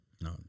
No